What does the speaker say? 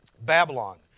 Babylon